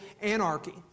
anarchy